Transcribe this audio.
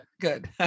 good